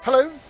Hello